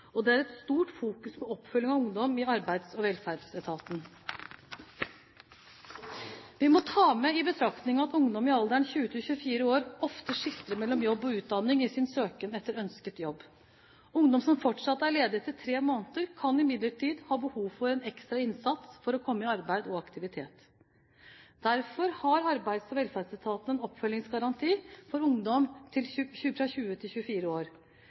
og det er et stort fokus på oppfølging av ungdom i Arbeids- og velferdsetaten. Vi må ta med i betraktningen at ungdom i alderen 20–24 år ofte skifter mellom jobb og utdanning i sin søken etter ønsket jobb. Ungdom som fortsatt er ledig etter tre måneder, kan imidlertid ha behov for en ekstra innsats for å komme i arbeid og aktivitet. Derfor har Arbeids- og velferdsetaten en oppfølgingsgaranti for ungdom fra 20 til 24 år.